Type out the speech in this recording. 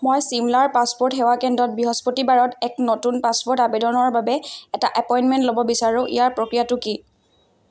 মই ছিমলাৰ পাছপোৰ্ট সেৱা কেন্দ্ৰত বৃহস্পতিবাৰত এক নতুন পাছপোৰ্ট আবেদনৰ বাবে এটা এপইণ্টমেণ্ট ল'ব বিচাৰোঁ ইয়াৰ প্ৰক্ৰিয়াটো কি